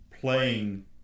playing